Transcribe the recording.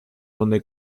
donde